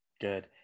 good